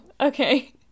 okay